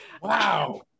Wow